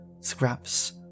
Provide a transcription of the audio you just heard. Scraps